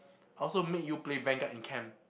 I also make you play Vanguard in camp